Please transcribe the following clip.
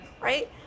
right